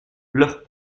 leurs